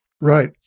Right